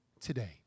today